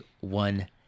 one